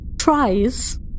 tries